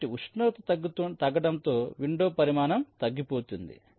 కాబట్టి ఉష్ణోగ్రత తగ్గడంతో విండో పరిమాణం తగ్గిపోతుంది